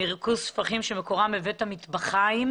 מרכוז שפכים שמקורם בבית המטבחיים.